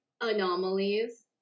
anomalies